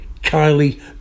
Kylie